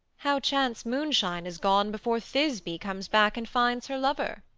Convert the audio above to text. how chance moonshine is gone before thisby comes back and finds her lover?